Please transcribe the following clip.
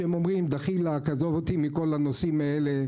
שאומרים: "עזוב אותי מכל הנושאים האלה.